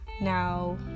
Now